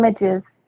images